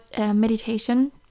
meditation